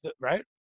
right